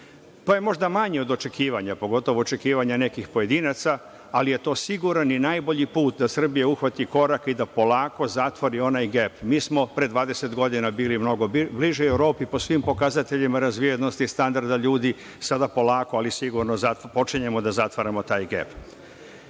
je možda manje od očekivanja, pogotovo očekivanja nekih pojedinaca, ali je to siguran i najbolji put da Srbija uhvati korak i da polako zatvori onaj gef. Mi smo pre 20 godina bili mnogo bliži Evropi po svim pokazateljima razvijenosti, standarda, ljudi. Sada polako, ali sigurno počinjemo da zatvaramo taj